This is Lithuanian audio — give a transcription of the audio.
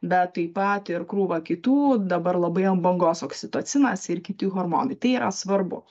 bet taip pat ir krūva kitų dabar labai ant bangos oksitocinas ir kiti hormonai tai yra svarbu